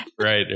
right